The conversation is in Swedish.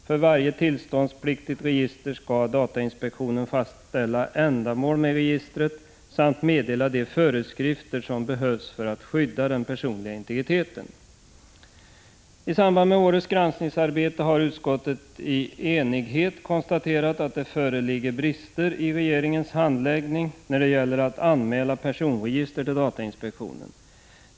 För varje tillståndspliktigt register skall datainspektionen fastställa ändamål med registret samt meddela de övriga föreskrifter som behövs för att skydda den personliga integriteten. I samband med årets granskningsarbete har utskottet i enighet konstaterat att det föreligger brister i regeringens handläggning när det gäller att anmäla personregister till datainspektionen.